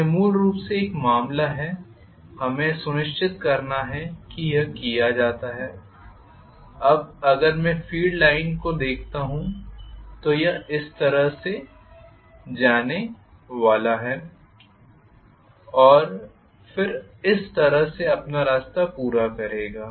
तो यह मूल रूप से एक मामला है हमें यह सुनिश्चित करना है कि यह किया जाता है अब अगर मैं पूरी फील्ड लाइन्स को देखता हूं तो यह इस तरह से जाने वाला है और फिर इस तरह से अपना रास्ता पूरा करेगा